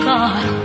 God